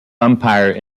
umpire